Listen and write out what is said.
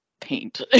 paint